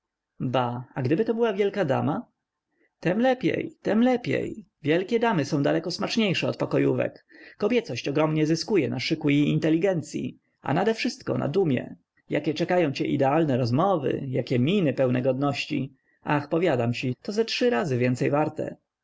a gdyby to była wielka dama temlepiej temlepiej wielkie damy są daleko smaczniejsze od pokojówek kobiecość ogromnie zyskuje na szyku i inteligencyi a nadewszystko na dumie jakie czekają cię idealne rozmowy jakie miny pełne godności ach powiadam ci to ze trzy razy więcej warte